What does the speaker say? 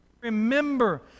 remember